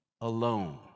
alone